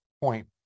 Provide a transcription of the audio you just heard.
point